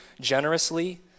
generously